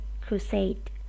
Crusade